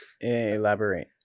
Elaborate